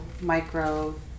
Micro